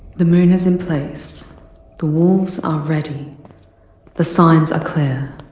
the moon is in place the wolves are ready the signs are clear